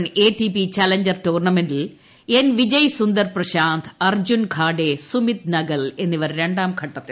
Chennai open A T P challenger ടൂർണമെന്റിൽ N Vijay Sundar Prashanth Arjun Kadhe Sumit Nagal എന്നിവർ രണ്ടാംഘട്ടത്തിൽ